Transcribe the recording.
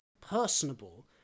personable